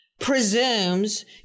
presumes